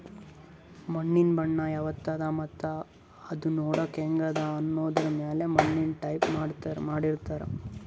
ಮಣ್ಣಿನ್ ಬಣ್ಣ ಯವದ್ ಅದಾ ಮತ್ತ್ ಅದೂ ನೋಡಕ್ಕ್ ಹೆಂಗ್ ಅದಾ ಅನ್ನದರ್ ಮ್ಯಾಲ್ ಮಣ್ಣಿನ್ ಟೈಪ್ಸ್ ಮಾಡಿರ್ತಾರ್